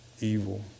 evil